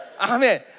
Amen